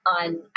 on